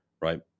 right